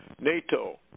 NATO